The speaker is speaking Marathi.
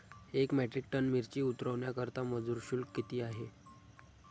एक मेट्रिक टन मिरची उतरवण्याकरता मजूर शुल्क किती आहे?